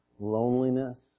Loneliness